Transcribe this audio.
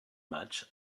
match